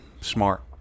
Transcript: Smart